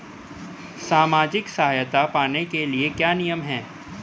सामाजिक सहायता पाने के लिए क्या नियम हैं?